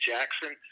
Jackson